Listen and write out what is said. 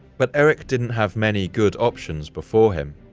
but erik didn't have many good options before him.